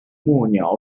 啄木鸟